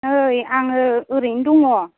नै आङो ओरैनो दङ